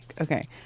Okay